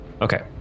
Okay